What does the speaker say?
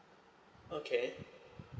okay